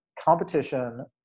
competition